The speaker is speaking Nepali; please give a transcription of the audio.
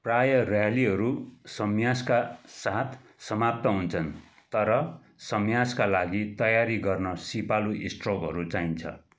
प्रायः र्यालीहरू स्म्यासका साथ समाप्त हुन्छन् तर स्म्यासका लागि तयारी गर्न सिपालु स्ट्रोकहरू चाहिन्छ